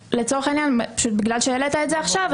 בגלל שהעלית את זה עכשיו,